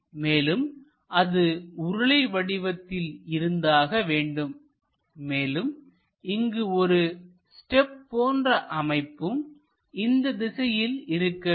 மேலும் அது உருளை வடிவத்தில் இருந்தாக வேண்டும்மேலும் இங்கு ஒரு ஸ்டெப் போன்ற அமைப்பும் இந்த திசையில் இருக்க வேண்டும்